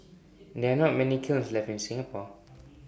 there are not many kilns left in Singapore